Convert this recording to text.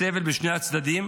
הסבל בשני הצדדים,